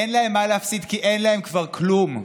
אין להם מה להפסיד כי אין להם כבר כלום.